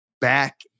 back